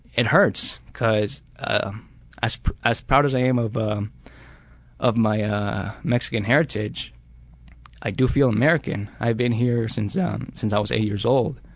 and hurts cause ah as as proud as i am of um of my mexican heritage i do feel american. i've been here since um since i was eight years old,